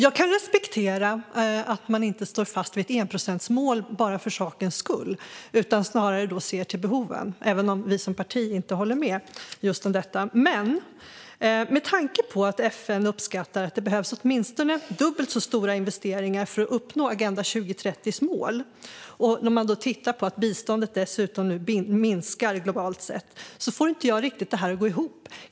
Jag kan respektera att man inte står fast vid ett enprocentsmål bara för sakens skull utan snarare ser till behoven, även om vi som parti inte håller med om detta. Men när FN uppskattar att det behövs åtminstone dubbelt så stora investeringar för att uppnå målen i Agenda 2030 samtidigt som biståndet minskar globalt sett går det inte riktigt ihop.